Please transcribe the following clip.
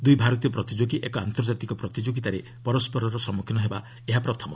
ଦୁଇ ଭାରତୀୟ ପ୍ରତିଯୋଗୀ ଏକ ଆନ୍ତର୍ଜାତିକ ପ୍ରତିଯୋଗିତାରେ ପରସ୍କରର ସମ୍ମୁଖୀନ ହେବା ଏହା ପ୍ରଥମ